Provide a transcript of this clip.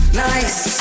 nice